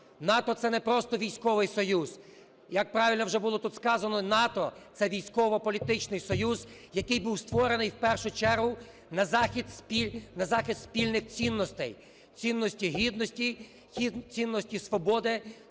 НАТО – це не просто військовий союз. Як правильно вже було тут сказано, НАТО – це військово-політичний союз, який був створений, в першу чергу, на захист спільних цінностей – цінності гідності, цінності свободи,